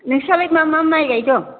नोंसिनालाय मा मा माइ गाइदों